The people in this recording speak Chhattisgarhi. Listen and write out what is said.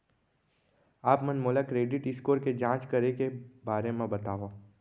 आप मन मोला क्रेडिट स्कोर के जाँच करे के बारे म बतावव?